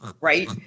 right